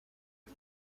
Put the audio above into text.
ati